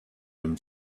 them